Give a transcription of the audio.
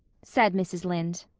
said mrs. lynde.